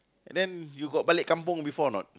and then you got balik kampung before or not